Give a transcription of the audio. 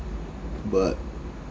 but